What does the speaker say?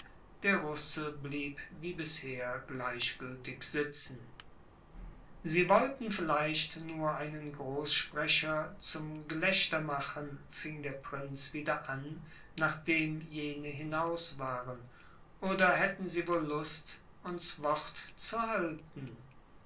der russe blieb wie bisher gleichgültig sitzen sie wollten vielleicht nur einen großsprecher zum gelächter machen fing der prinz wieder an nachdem jene hinaus waren oder hätten sie wohl lust uns wort zu halten